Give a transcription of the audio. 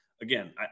again